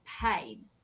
pain